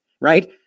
right